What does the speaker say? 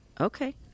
okay